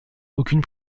aucune